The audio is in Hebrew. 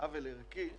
עוול ערכי,